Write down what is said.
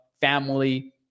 family